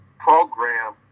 Program